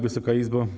Wysoka Izbo!